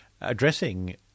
addressing